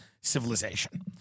civilization